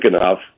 enough